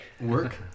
work